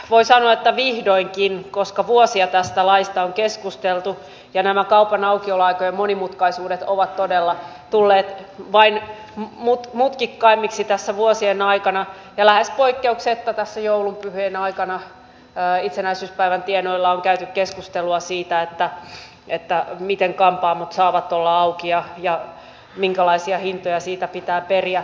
voi sanoa että vihdoinkin koska vuosia tästä laista on keskustelu ja nämä kaupan aukioloaikojen monimutkaisuudet ovat todella tulleet vain mutkikkaammiksi tässä vuosien aikana ja lähes poikkeuksetta tässä joulun pyhien aikana itsenäisyyspäivän tienoilla on käyty keskustelua siitä miten kampaamot saavat olla auki ja minkälaisia hintoja siitä pitää periä